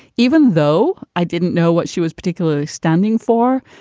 even though i didn't know what she was particularly standing for.